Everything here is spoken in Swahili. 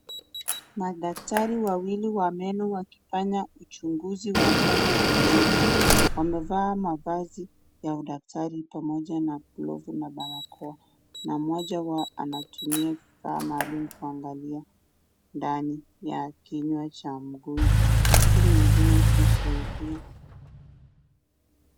Madaktari wawili wa meno wakifanya uchunguzi wa meno wa mgonjwa, wamevaa mavazi ya udaktari pamoja na glovu na barakoa na mmoja wao anatumia vifaa maalum kuangalia ndani ya kinywa cha mgonjwa, huku mwingine akimsaidia.